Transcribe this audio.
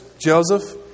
Joseph